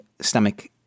stomach